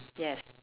yes